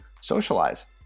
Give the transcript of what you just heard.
socialize